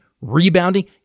rebounding